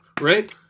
Right